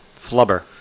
Flubber